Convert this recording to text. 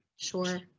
Sure